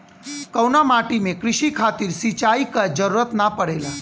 कउना माटी में क़ृषि खातिर सिंचाई क जरूरत ना पड़ेला?